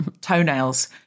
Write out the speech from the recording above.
toenails